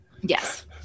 Yes